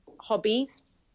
hobbies